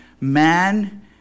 man